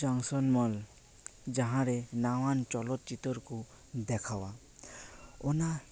ᱡᱚᱝᱥᱚᱱ ᱢᱚᱞ ᱡᱟᱦᱟᱸᱨᱮ ᱱᱟᱣᱟ ᱪᱚᱞᱚᱪᱤᱛᱚᱨ ᱠᱚ ᱫᱮᱠᱷᱟᱣᱟ ᱚᱱᱟ